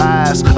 eyes